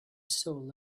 soul